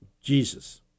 Jesus